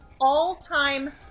all-time